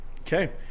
Okay